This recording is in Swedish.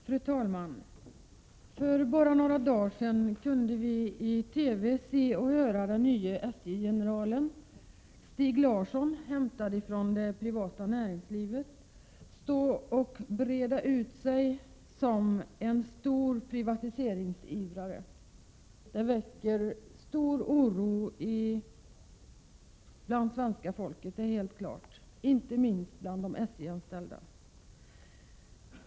Fru talman! För bara några dagar sedan kunde vii TV se och höra den nye SJ-generalen Stig Larsson, hämtad från det privata näringslivet, breda ut sig som en stor privatiseringsivrare. Det väcker betydande oro bland svenska folket — det är helt klart — och inte minst hos de SJ-anställda.